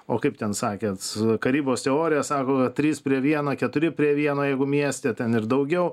o kaip ten sakėt karybos teorija sako trys prie vieno keturi prie vieno jeigu mieste ten ir daugiau